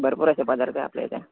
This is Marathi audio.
भरपूर असे पदार्थ आहे आपल्या इथे